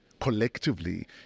collectively